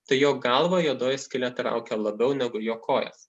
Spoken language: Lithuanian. tai jo galvą juodoji skylė traukia labiau negu jo kojas